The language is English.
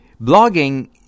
Blogging